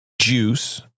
juice